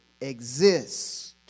exist